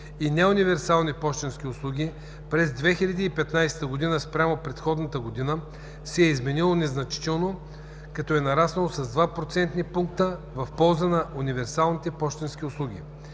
и неуниверсални пощенски услуги през 2015 г. спрямо предходната година се е изменило незначително, като е нараснало с 2 процентни пункта в полза на универсалните пощенски услуги.